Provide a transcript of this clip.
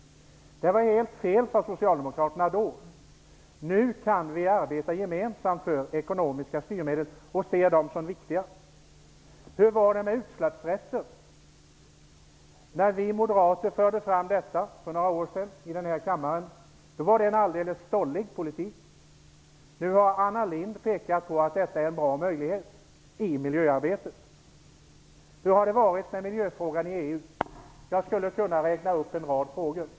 Det var helt fel, sade socialdemokraterna då. Nu kan vi arbeta gemensamt för ekonomiska styrmedel och se dem som viktiga. Hur var det med utsläppsrätten? När vi moderater förde fram den tanken i den här kammaren för några år sedan, var det en alldeles stollig politik. Nu har Anna Lindh pekat på att det här är en bra möjlighet i miljöarbetet. Hur har det varit med miljöfrågorna i EU? Jag skulle kunna räkna upp en rad frågor.